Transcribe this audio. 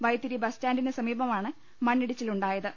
വൈത്തിരി ബസ്റ്റാൻഡിനു സമീപമാണ് മണ്ണിടിച്ചിലുണ്ടായത്